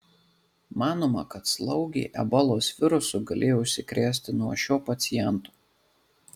manoma kad slaugė ebolos virusu galėjo užsikrėsti nuo šio paciento